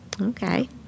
Okay